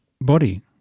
body